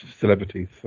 celebrities